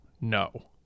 no